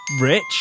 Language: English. Rich